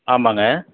ஆமாங்க